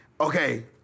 okay